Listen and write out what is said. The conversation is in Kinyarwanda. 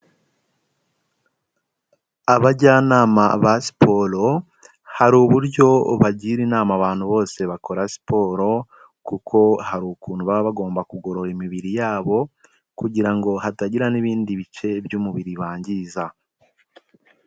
Abajyanama ba siporo hari uburyo bagira inama abantu bose bakora siporo, kuko hari ukuntu baba bagomba kugorora imibiri yabo kugira ngo hatagira n'ibindi bice by'umubiri bangiza.